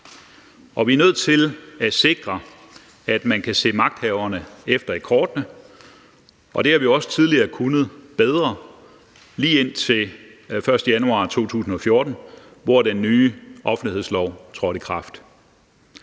vi er nødt til at sikre, at man kan se magthaverne efter i kortene, og det har vi også tidligere kunnet bedre, lige indtil den 1. januar 2014, hvor den nye offentlighedslov trådte i kraft.